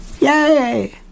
yay